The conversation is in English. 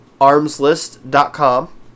armslist.com